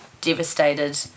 devastated